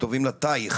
הטובים לטייח